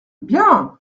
bien